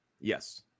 Yes